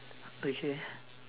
okay